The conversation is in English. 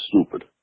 stupid